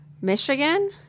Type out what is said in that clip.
Michigan